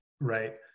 right